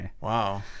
Wow